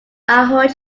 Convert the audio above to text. hold